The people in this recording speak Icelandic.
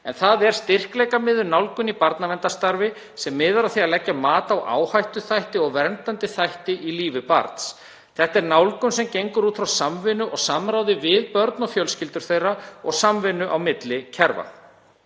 en það er styrkleikamiðuð nálgun í barnaverndarstarfi sem miðar að því að leggja mat á áhættuþætti og verndandi þætti í lífi barns. Þetta er nálgun sem gengur út frá samvinnu og samráði við börn og fjölskyldur þeirra og samvinnu kerfa.